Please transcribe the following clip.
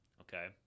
Okay